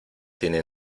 tiene